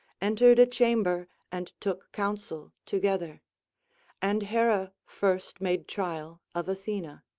entered a chamber and took counsel together and hera first made trial of athena